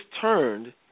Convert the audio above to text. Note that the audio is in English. turned